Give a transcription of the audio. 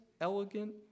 elegant